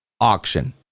auction